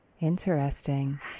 Interesting